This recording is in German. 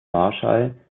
marshall